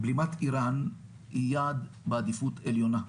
בלימת איראן היא יעד בעדיפות עליונה.